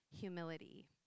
humility